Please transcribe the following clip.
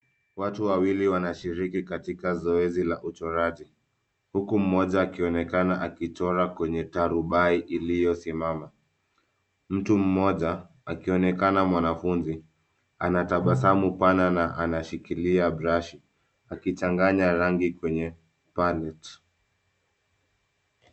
Watu wawili wanashiriki katika zoezi la uchoraji huku mmoja akionekana akichora kwenye tarubai iliyosimama. Mtu mmoja akionekana mwanafunzi ana tabasamu pana na anashikilia burashi akichanganya rangi kwenye pallet .